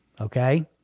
okay